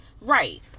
Right